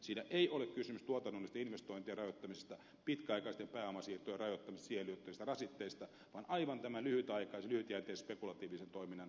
siinä ei ole kysymys tuotannollisten investointien rajoittamisesta pitkäaikaisten pääomasiirtojen rajoittamisesta siihen liittyvistä rasitteista vaan aivan tämän lyhytjänteisen spekulatiivisen toiminnan hillitsemisestä